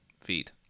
Feet